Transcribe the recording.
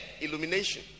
Illumination